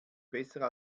besser